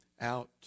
out